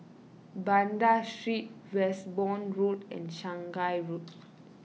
Banda Street Westbourne Road and Shanghai Road